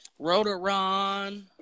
Rotoron